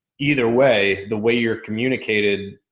either way, the way you're communicated,